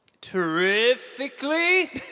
Terrifically